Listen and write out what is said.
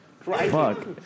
Fuck